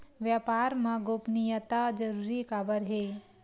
व्यापार मा गोपनीयता जरूरी काबर हे?